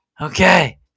Okay